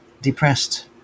depressed